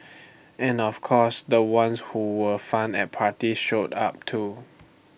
and of course the ones who were fun at parties showed up too